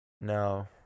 No